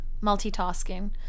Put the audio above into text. multitasking